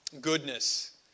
Goodness